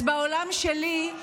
אז בעולם שלי,